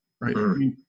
right